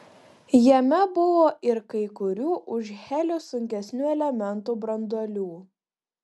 jame buvo ir kai kurių už helį sunkesnių elementų branduolių